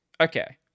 Okay